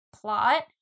plot